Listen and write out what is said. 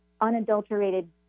unadulterated